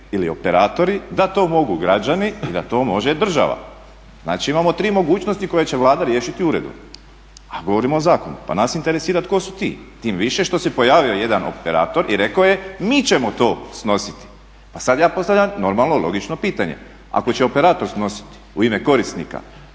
ili operatori, da to mogu građani i da to može država. Znači imamo tri mogućnosti koje će Vlada riješiti u uredu, a govorimo o zakonu. pa nas interesira tko su ti, tim više što se pojavio jedan operator i rekao je mi ćemo to snositi. Pa ja sada postavljam normalno logično pitanje, ako će operator snositi u ime korisnika,